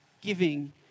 giving